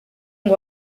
ngo